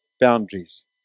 boundaries